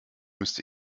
müsste